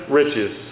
riches